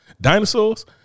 Dinosaurs